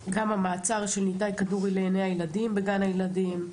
גם המעצר של ניתאי כדורי לעיניי הילדים בגן הילדים,